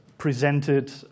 presented